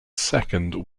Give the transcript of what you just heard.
second